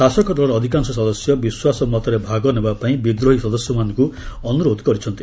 ଶାସକ ଦଳର ଅଧିକାଂଶ ସଦସ୍ୟ ବିଶ୍ୱାସ ମତରେ ଭାଗ ନେବା ପାଇଁ ବିଦ୍ରୋହୀ ସଦସ୍ୟମାନଙ୍କୁ ଅନୁରୋଧ କରିଥିଲେ